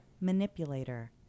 Manipulator